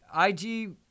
IG